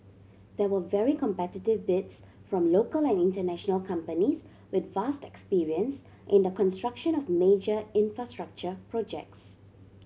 there were very competitive bids from local and international companies with vast experience in the construction of major infrastructure projects